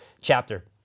chapter